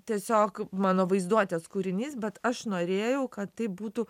tiesiog mano vaizduotės kūrinys bet aš norėjau kad tai būtų